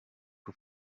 who